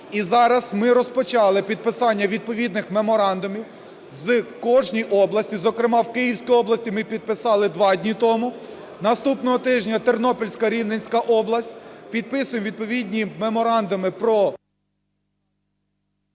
І зараз ми розпочали підписання відповідних меморандумів з кожною областю, зокрема, в Київській області ми підписали два дні тому. Наступного тижня Тернопільська, Рівненська область підписує відповідні меморандуми про